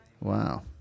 Wow